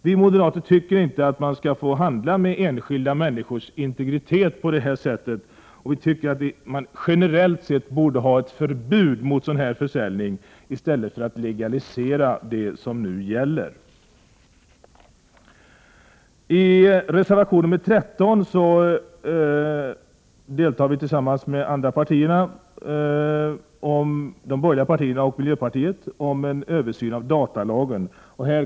Vi moderater tycker inte att man skall få handla med enskilda människors integritet på det här sättet. Vi tycker att man generellt sett borde ha ett förbud mot sådan försäljning, i stället för att legalisera den som nu sker. I reservation nr 13 vill vi tillsammans med de andra borgerliga partierna och miljöpartiet ha en översyn av datalagen.